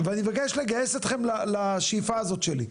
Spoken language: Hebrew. ואני מבקש לגייס אותכם לשאיפה הזאת שלי,